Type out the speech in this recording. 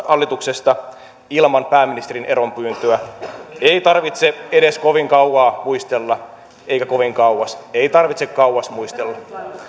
hallituksesta ilman pääministerin eronpyyntöä ei tarvitse edes kovin kauan muistella eikä kovin kauas ei tarvitse kauas muistella